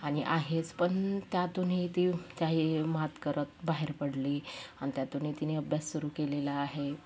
आणि आहेच पण त्यातूनही ती काही मात करत बाहेर पडली अन् त्यातूनही तिने अभ्यास सुरू केलेला आहे